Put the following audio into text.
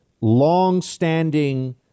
longstanding